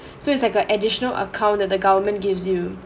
so it's like a additional account that the government gives you